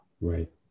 Right